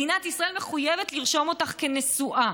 מדינת ישראל מחויבת לרשום אותך כנשואה.